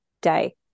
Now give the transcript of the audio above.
day